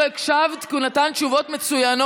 חבל שלא הקשבת, כי הוא נתן תשובות מצוינות.